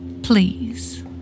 Please